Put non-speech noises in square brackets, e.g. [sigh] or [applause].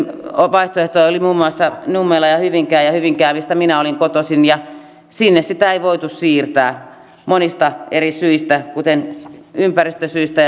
vaihtoehtoja olivat muun muassa nummela ja hyvinkää hyvinkäälle mistä minä olen kotoisin sitä ei voitu siirtää monista eri syistä kuten ympäristösyistä [unintelligible]